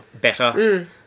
better